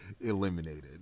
eliminated